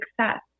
success